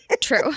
true